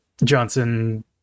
Johnson